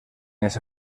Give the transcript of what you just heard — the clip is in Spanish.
ese